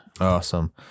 Awesome